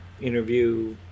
Interview